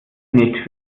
nicht